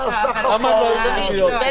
למה הם לא היו צריכים להיות פה?